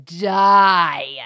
die